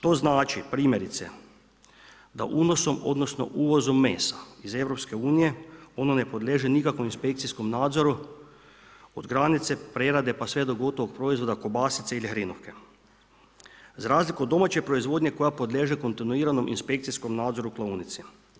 To znači primjerice da unosom odnosno uvozom mesa iz EU ono ne podliježe nikakvom inspekcijskom nadzoru od granice prerade pa sve do gotovog proizvoda kobasice ili hrenovke, za razliku od domaće proizvodnje koja podliježe kontinuiranom inspekcijskom nadzoru klaonice.